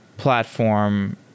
platform